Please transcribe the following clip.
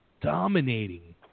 Dominating